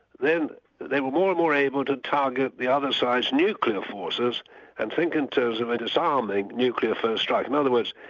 then they were more and more able to target the other side's nuclear forces and think in terms of a disarming nuclear first strike. in other words,